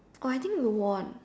oh I think we won